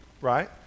right